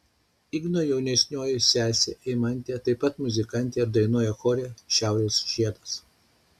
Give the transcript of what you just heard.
igno jaunesnioji sesė eimantė taip pat muzikantė ir dainuoja chore šiaurės žiedas